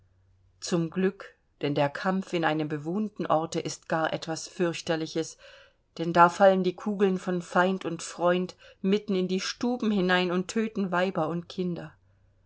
zum glück denn der kampf in einem bewohnten orte ist gar etwas fürchterliches denn da fallen die kugeln von feind und freund mitten in die stuben hinein und töten weiber und kinder